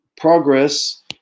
progress